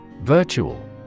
Virtual